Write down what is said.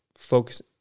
focus